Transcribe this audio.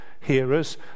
hearers